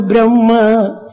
Brahma